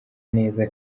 neza